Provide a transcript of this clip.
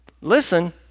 listen